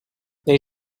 they